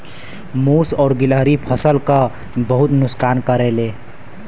मुस और गिलहरी फसल क बहुत नुकसान करेले